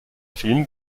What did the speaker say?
film